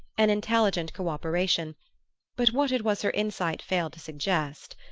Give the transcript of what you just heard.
an intelligent co-operation but what it was her insight failed to suggest.